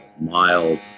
mild